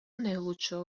наилучшего